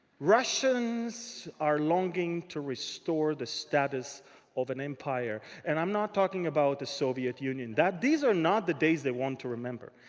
russians are longing to restore the status of an empire. and i'm not talking about the soviet union. these are not the days they want to remember.